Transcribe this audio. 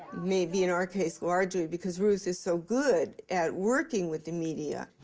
maybe in our case largely, because ruth is so good at working with the media.